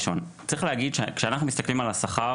עם כל הרצון הטוב, לא רק משרד העבודה והכלכלה.